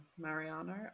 Mariano